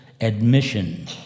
admission